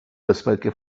безпеки